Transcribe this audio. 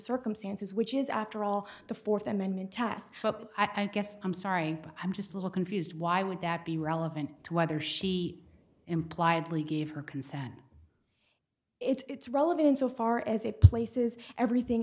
circumstances which is after all the fourth amendment task i guess i'm sorry i'm just a little confused why would that be relevant to whether she imply adly gave her consent it's relevant so far as a places everything